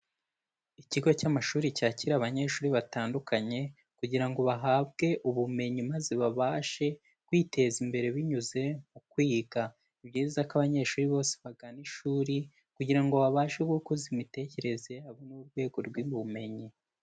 Ikigo cy'amashuri cyakira abanyeshuri batandukanye kugira ngo bahabwe ubumenyi maze babashe kwiteza imbere binyuze mu kwiga, ni byiza ko abanyeshuri bose bagana ishuri kugira ngo babashe gukuza imitekerereze yabo n'urwego rw'ubumenyi.